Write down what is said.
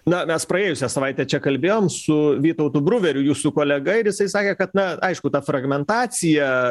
na mes praėjusią savaitę čia kalbėjom su vytautu bruveriu jūsų kolega ir jisai sakė kad na aišku ta fragmentacija